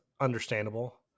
understandable